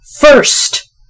first